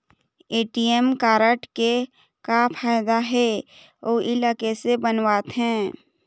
ATM card के का फायदा हे अऊ इला कैसे बनवाथे?